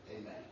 Amen